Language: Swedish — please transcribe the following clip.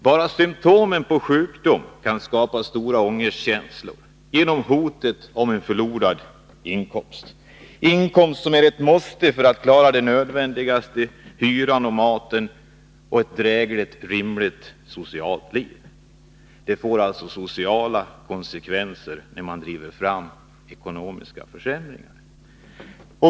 Bara symptomen på sjukdom kan skapa stora ångestkänslor genom hotet om en förlorad inkomst, en inkomst som är ett måste för att man skall klara det nödvändigaste — hyran och maten — och ett rimligt och drägligt socialt liv. Det får alltså sociala konsekvenser när man driver fram ekonomiska försämringar.